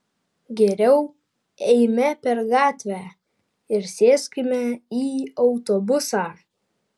geriau eime per gatvę ir sėskime į autobusą